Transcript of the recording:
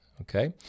Okay